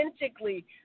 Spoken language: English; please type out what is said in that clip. authentically